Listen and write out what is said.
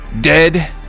dead